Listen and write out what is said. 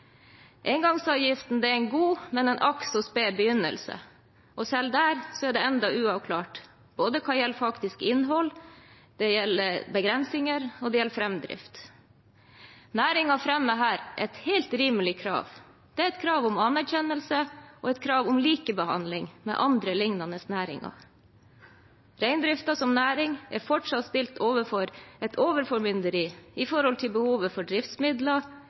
Engangsavgiften er en god, men akk så sped, begynnelse. Selv der er det ennå uavklart både hva gjelder faktisk innhold, hva gjelder begrensninger og hva gjelder framdrift. Næringen fremmer her et helt rimelig krav. Det er et krav om anerkjennelse og et krav om likebehandling med andre lignende næringer. Reindriften som næring er fortsatt stilt overfor et overformynderi med tanke på behovet for driftsmidler,